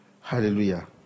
Hallelujah